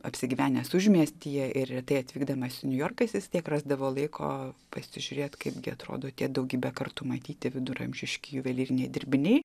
apsigyvenęs užmiestyje ir retai atvykdamas į niujorką jis vis tiek rasdavo laiko pasižiūrėt kaipgi atrodo tie daugybę kartų matyti viduramžiški juvelyriniai dirbiniai